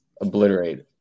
obliterate